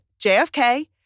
JFK